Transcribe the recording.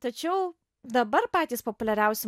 tačiau dabar patys populiariausi